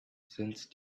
since